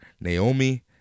Naomi